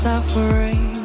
Suffering